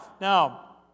Now